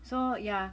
so ya